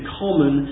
common